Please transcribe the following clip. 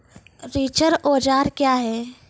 रिचर औजार क्या हैं?